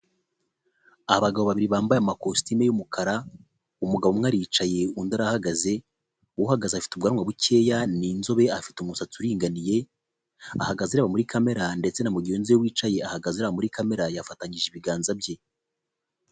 Abagabo babiri bambaye amakositimu y'umukara, umugabo umwe aricaye undi arahagaze, uhagaze afite ubwanwa bukeya n'inzobe afite umusatsi uringaniye, ahagaze muri kamera ndetse na mugenzi we wicaye ahagaze muri kamera, yafatanyije ibiganza bye.